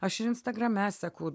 aš ir instagrame seku